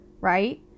right